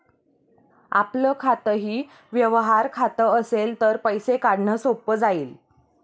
आपलं खातंही व्यवहार खातं असेल तर पैसे काढणं सोपं जाईल